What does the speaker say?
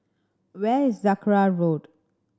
where is Sakra Road